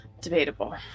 debatable